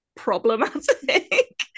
problematic